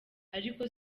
ariko